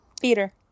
Peter